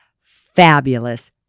fabulous